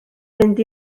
mynd